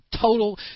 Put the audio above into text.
total